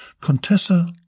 Contessa